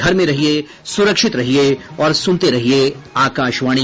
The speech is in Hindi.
घर में रहिये सुरक्षित रहिये और सुनते रहिये आकाशवाणी